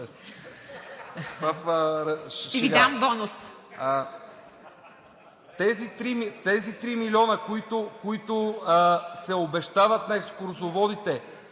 Тези три милиона, които се обещават на екскурзоводите